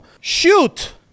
Shoot